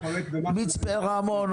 מצפה רמון,